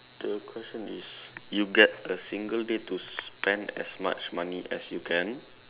the question is you get a single day to spend as much money as you can